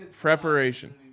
preparation